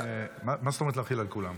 מה זאת אומרת להחיל על כולם?